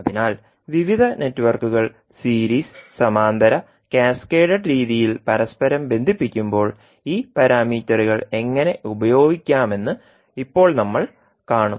അതിനാൽ വിവിധ നെറ്റ്വർക്കുകൾ സീരീസ് സമാന്തര കാസ്കേഡഡ് seriesparallel or cascaded രീതിയിൽ പരസ്പരം ബന്ധിപ്പിക്കുമ്പോൾ ഈ പാരാമീറ്ററുകൾ എങ്ങനെ ഉപയോഗിക്കാമെന്ന് ഇപ്പോൾ നമ്മൾ കാണും